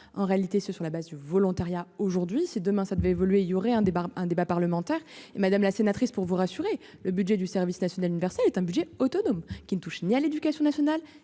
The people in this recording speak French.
en réalité ce sur la base du volontariat. Aujourd'hui, c'est demain, ça devait évoluer, il y aurait un débat, un débat parlementaire et madame la sénatrice pour vous rassurer, le budget du service national universel est un budget autonome qui ne touche ni à l'Éducation nationale,